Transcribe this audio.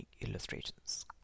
illustrations